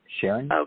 Sharon